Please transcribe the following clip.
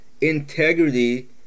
integrity